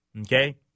okay